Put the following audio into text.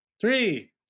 Three